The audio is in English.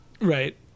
Right